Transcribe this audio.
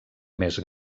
més